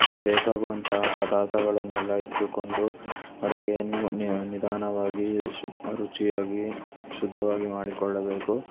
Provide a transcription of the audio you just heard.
ಬೇಕಾಗುವಂಥ ಪದಾರ್ಥಗಳನ್ನೆಲ್ಲ ಇಟ್ಟುಕೊಂಡು ಅಡುಗೆಯನ್ನು ನಿಧಾನವಾಗಿ ಶು ರುಚಿಯಾಗಿ ಶುದ್ಧವಾಗಿ ಮಾಡಿಕೊಳ್ಳಬೇಕು